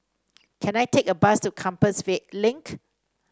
can I take a bus to Compassvale Link